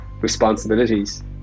responsibilities